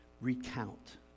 recount